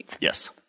yes